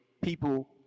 people